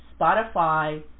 Spotify